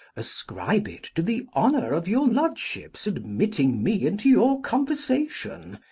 ascribe it to the honour of your lordship's admitting me into your conversation,